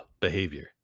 behavior